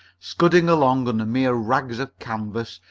scudding along under mere rags of canvas,